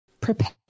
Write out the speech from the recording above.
prepare